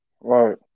Right